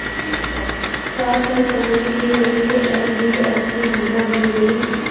का कम समय के लिए एन.बी.एफ.सी हमको ऋण देगा?